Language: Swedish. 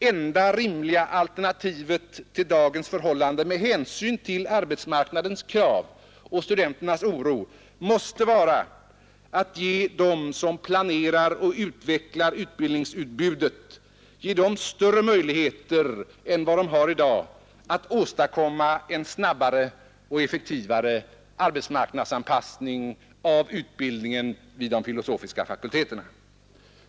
Enda rimliga alternativet till dagens förhållanden med hänsyn till arbetsmarknadens krav och studenternas oro måste vara att åt dem som planerar och utvecklar utbildningsutbudet ge större möjligheter än de har i dag att åstadkomma en snabbare och effektivare arbetsmarknadsanpassning av utbildningen vid de filosofiska fakulteterna.